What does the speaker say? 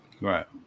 right